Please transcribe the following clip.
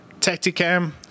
Tacticam